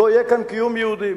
לא יהיה כאן קיום יהודי.